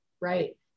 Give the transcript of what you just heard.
right